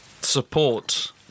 support